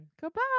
goodbye